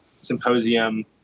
symposium